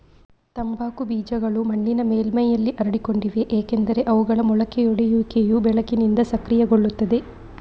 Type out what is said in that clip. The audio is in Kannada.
ತಂಬಾಕು ಬೀಜಗಳು ಮಣ್ಣಿನ ಮೇಲ್ಮೈಯಲ್ಲಿ ಹರಡಿಕೊಂಡಿವೆ ಏಕೆಂದರೆ ಅವುಗಳ ಮೊಳಕೆಯೊಡೆಯುವಿಕೆಯು ಬೆಳಕಿನಿಂದ ಸಕ್ರಿಯಗೊಳ್ಳುತ್ತದೆ